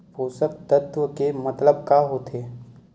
पोषक तत्व के मतलब का होथे?